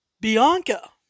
Bianca